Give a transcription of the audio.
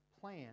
plan